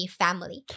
family